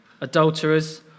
adulterers